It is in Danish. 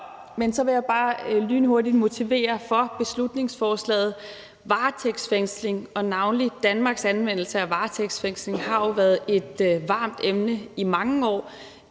og så vil jeg bare lynhurtigt motivere beslutningsforslaget. Varetægtsfængsling og navnlig Danmarks anvendelse af varetægtsfængsling har jo været et varmt emne i mange år,